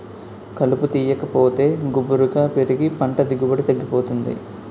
కలుపు తీయాకపోతే గుబురుగా పెరిగి పంట దిగుబడి తగ్గిపోతుంది